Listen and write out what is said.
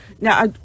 Now